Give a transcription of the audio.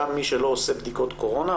גם מי שלא עושה בדיקות קורונה,